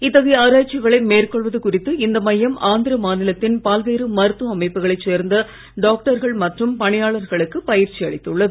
இத்தகைய ஆராய்ச்சிகளை மேற்கொள்வது குறித்து இந்த மையம் ஆந்திர மாநிலத்தின் பல்வேறு மருத்துவ அமைப்புகளை சேர்ந்த டாக்டர்கள் மற்றும் பணியாளர்களுக்கு பயிற்சி அளித்துள்ளது